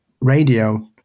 radio